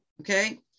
okay